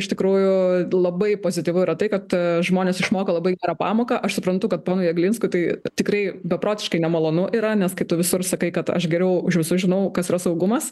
iš tikrųjų labai pozityvu yra tai kad žmonės išmoko labai gerą pamoką aš suprantu kad ponui jeglinskui tai tikrai beprotiškai nemalonu yra nes kai tu visur sakai kad aš geriau už visus žinau kas yra saugumas